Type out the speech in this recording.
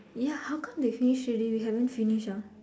ya how come they finish already we haven't finish ah